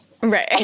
Right